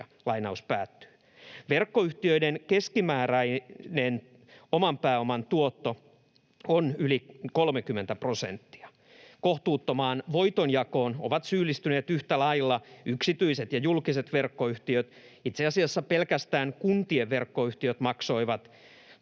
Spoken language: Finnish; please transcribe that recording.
prosenttia”. Verkkoyhtiöiden keskimääräinen oman pääoman tuotto on yli 30 prosenttia. Kohtuuttomaan voitonjakoon ovat syyllistyneet yhtä lailla yksityiset ja julkiset verkkoyhtiöt. Itse asiassa pelkästään kuntien verkkoyhtiöt maksoivat